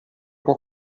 può